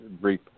brief